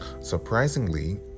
Surprisingly